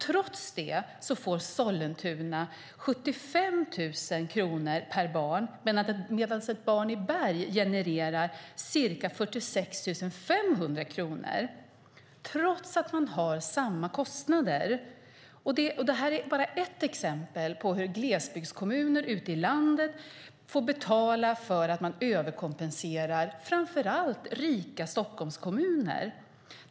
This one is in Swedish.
Trots det får Sollentuna 75 000 kronor per barn, men ett barn i Berg genererar ca 46 500 kronor trots att man har samma kostnader. Det här är bara ett exempel på hur glesbygdskommuner ute i landet får betala för att man överkompenserar framför allt rika Stockholmskommuner.